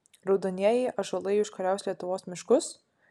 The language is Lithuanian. raudonieji ąžuolai užkariaus lietuvos miškus